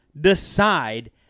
decide